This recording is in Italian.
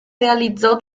realizzò